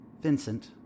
Vincent